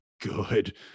Good